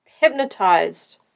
hypnotized